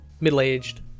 Middle-aged